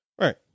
Right